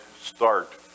start